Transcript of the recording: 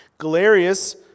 Galerius